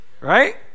right